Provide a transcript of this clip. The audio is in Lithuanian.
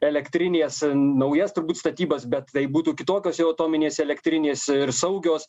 elektrinės naujas turbūt statybas bet tai būtų kitokios jau atominės elektrinės ir saugios